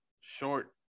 short